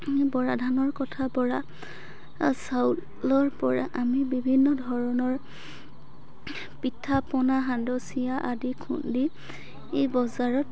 আমি বৰা ধানৰ কথা বৰা চাউলৰ পৰা আমি বিভিন্ন ধৰণৰ পিঠা পনা সান্দহ চিৰা আদি খুন্দি এই বজাৰত